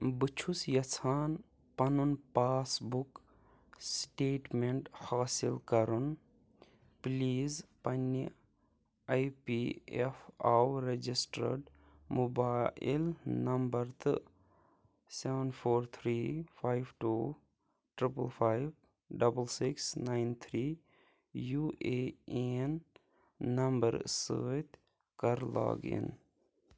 بہٕ چھُس یژھان پَنُن پاس بُک سٹیٹمٮ۪نٛٹ حٲصِل کرُن پُلیز پنٕنہِ I P F O registered mobile number تہٕ seven four three five two triple five double six nine three U A N نمبرٕ سۭتۍ کر لاگ اِن